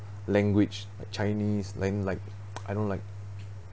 language like chinese lang~ like I know like